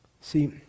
See